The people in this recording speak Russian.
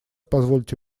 позвольте